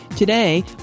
Today